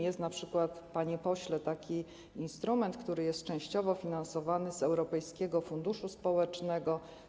Jest np., panie pośle, taki instrument, który jest częściowo finansowany z Europejskiego Funduszu Społecznego.